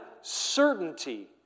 certainty